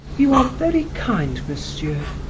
you are very kind, monsieur,